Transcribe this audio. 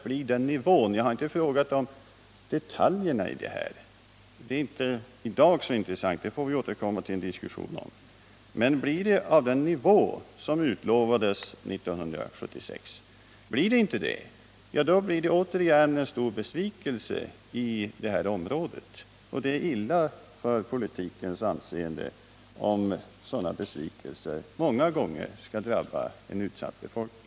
Jag frågar inte efter detaljerna i propositionen. De är i dag inte så intressanta. Dem får vi återkomma till i en senare diskussion. Men kommer man i propositionen upp till den nivå som utlovades 1976? Blir så inte fallet, åstadkommer man åter stor besvikelse i detta område. Det är illa för politikernas anseende, om sådana besvikelser många gånger skall drabba en utsatt befolkning.